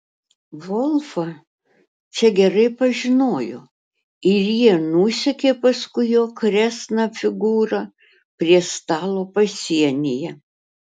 volfą čia gerai pažinojo ir jie nusekė paskui jo kresną figūrą prie stalo pasienyje